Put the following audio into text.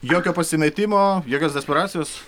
jokio pasimetimo jokios desperacijos